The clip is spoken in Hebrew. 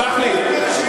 סלח לי.